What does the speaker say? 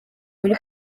muri